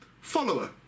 Follower